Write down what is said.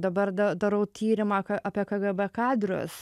dabar darau tyrimą apie kgb kadrus